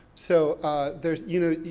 so there's, you know,